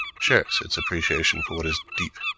shares its appreciation for what is deep,